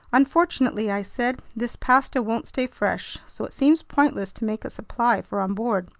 unfortunately, i said, this pasta won't stay fresh, so it seems pointless to make a supply for on board.